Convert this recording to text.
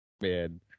Man